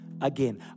again